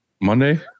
Monday